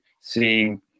seeing